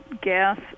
gas